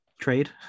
trade